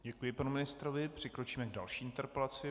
Děkuji panu ministrovi, přikročíme k další interpelaci.